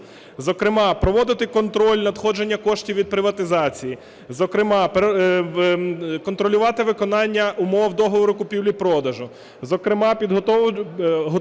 Зокрема проводити контроль надходження коштів від приватизації. Зокрема контролювати виконання умов договору купівлі-продажу. Зокрема готувати